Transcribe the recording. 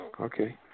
okay